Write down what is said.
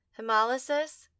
Hemolysis